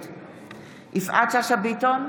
יפעת שאשא ביטון,